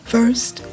First